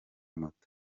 moto